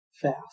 fast